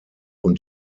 und